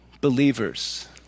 Believers